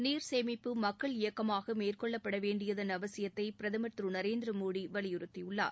நீர் சேமிப்பு மக்கள் இயக்கமாக மேற்கொள்ளப்பட வேண்டியதன் அவசியத்தை பிரதமர் திரு நரேந்திர மோடி வலியுறுத்தியுள்ளார்